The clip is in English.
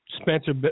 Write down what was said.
Spencer